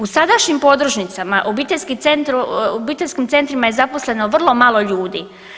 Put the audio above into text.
U sadašnjim podružnicama obiteljskim centrima je zaposleno vrlo malo ljudi.